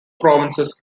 provinces